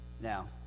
Now